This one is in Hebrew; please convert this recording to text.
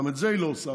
גם את זה היא לא עושה,